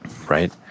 right